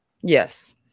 yes